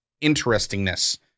interestingness